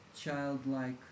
childlike